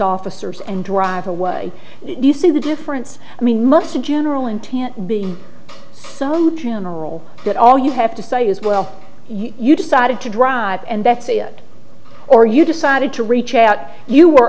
officers and drive away you see the difference i mean must you general intent being so general that all you have to say is well you decided to drive and that's it or you decided to reach out you were